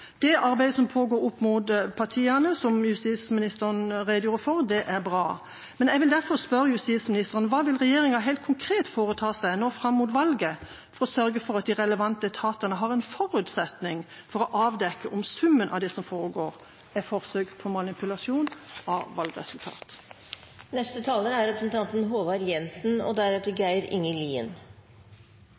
Det arbeidet som pågår opp mot partiene, som justisministeren redegjorde for, er bra. Jeg vil derfor spørre justisministeren: Hva vil regjeringa helt konkret foreta seg fram mot valget for å sørge for at de relevante etatene har forutsetninger for å avdekke om summen av det som foregår, er forsøk på manipulasjon av valgresultat? Det er alltid moro å tale til en fullsatt stortingssal. Jeg vil takke Werp og